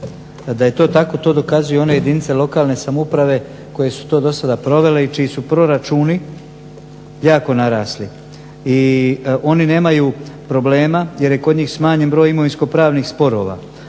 Da je to tako, to dokazuju i one jedinice lokalne samouprave koje su to do sada provele i čiji su proračuni jako narasli i oni nemaju problema jer je kod njih smanjen broj imovinsko-pravnih sporova.